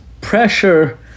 pressure